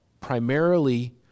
primarily